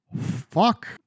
Fuck